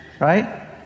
right